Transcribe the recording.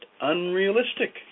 unrealistic